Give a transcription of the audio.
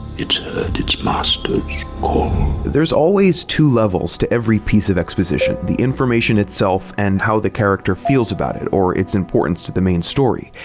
its its master's there's always two levels to any piece of exposition the information itself, and how the character feels about it or its importance to the main story.